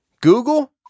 Google